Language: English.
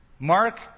Mark